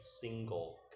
single